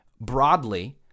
broadly